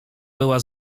była